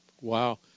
Wow